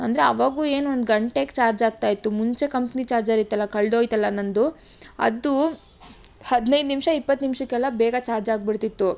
ಅಂದರೆ ಅವಾಗೂ ಏನು ಒಂದು ಗಂಟೆಗೆ ಚಾರ್ಜ್ ಆಗ್ತಾಯಿತ್ತು ಮುಂಚೆ ಕಂಪ್ನಿ ಚಾರ್ಜರ್ ಇತ್ತಲ್ಲ ಕಳೆದೋಯ್ತಲ್ಲ ನನ್ನದು ಅದು ಹದಿನೈದು ನಿಮಿಷ ಇಪ್ಪತ್ತು ನಿಮಿಷಕ್ಕೆಲ್ಲ ಬೇಗ ಚಾರ್ಜ್ ಆಗಿಬಿಡ್ತಿತ್ತು